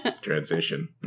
transition